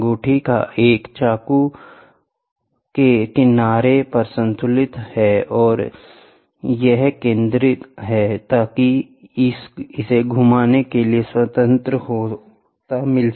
अंगूठी एक चाकू के किनारे पर संतुलित है और यह केंद्र है ताकि इसे घुमाने के लिए स्वतंत्रता हो